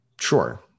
Sure